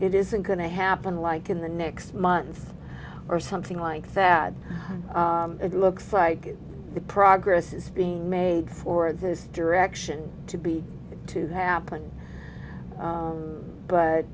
it isn't going to happen like in the next month or something like that it looks like the progress is being made for this direction to be to happen